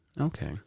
Okay